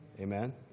Amen